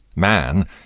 Man